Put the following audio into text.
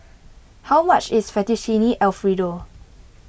how much is Fettuccine Alfredo